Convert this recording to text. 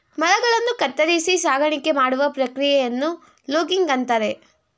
ಮರಗಳನ್ನು ಕತ್ತರಿಸಿ ಸಾಗಾಣಿಕೆ ಮಾಡುವ ಪ್ರಕ್ರಿಯೆಯನ್ನು ಲೂಗಿಂಗ್ ಅಂತರೆ